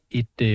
et